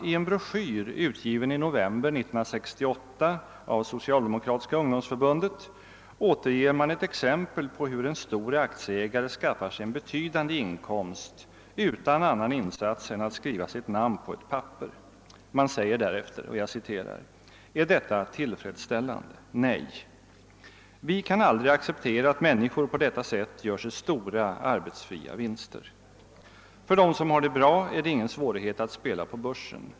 I en broschyr, utgiven i november 1968 av SSU, ges ett exempel på hur en stor aktieägare skaffar sig en betydande inkomst utan annan insats än att skriva sitt namn på ett papper. Därefter heter det: »Är detta tillfredsställande? Vi kan aldrig acceptera att människor på detta sätt gör sig stora arbetsfria vinster. För dem som har det bra är det ingen svårighet att ”spela” på börsen.